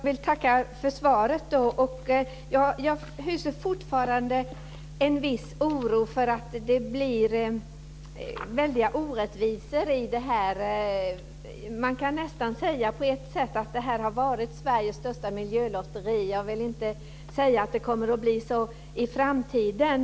Fru talman! Jag vill tacka för svaret. Jag hyser fortfarande en viss oro för att det blir väldiga orättvisor i det här. Man kan nästan säga att det här har varit Sveriges största miljölotteri. Jag vill inte säga att det kommer att bli så i framtiden.